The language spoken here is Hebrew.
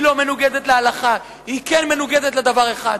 היא לא מנוגדת להלכה, היא כן מנוגדת לדבר אחד: